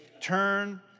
turn